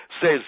says